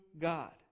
God